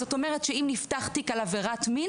זאת אומרת שאם נפתח תיק על עבירת מין